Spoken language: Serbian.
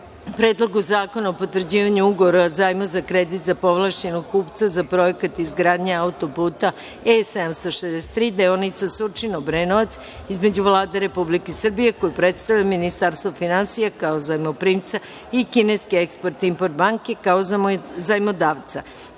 Predlogu zakona o potvrđivanju Ugovora o zajmu za kredit za povlašćenog kupca za Projekat izgradnje autoputa E-763 (deonica Surčin-Obrenovac), između Vlade RS, koju predstavlja Ministarstvo finansija, kao Zajmoprimca i kineske Export-Import banke, kao Zajmodavca,